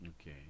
Okay